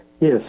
Yes